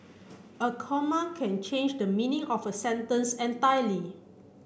a comma can change the meaning of a sentence entirely